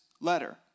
letter